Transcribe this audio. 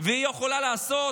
והיא יכולה לעשות